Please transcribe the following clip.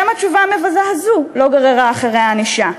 גם התשובה המבזה הזאת לא גררה אחריה ענישה.